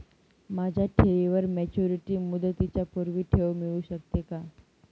माझ्या ठेवीवर मॅच्युरिटी मुदतीच्या पूर्वी ठेव मिळू शकते का?